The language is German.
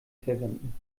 verwenden